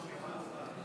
אין נמנעים.